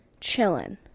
Chillin